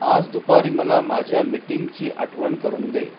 आज दुपारी मला माझ्या मीटिंगची आठवण करून दे